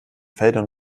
feldern